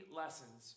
lessons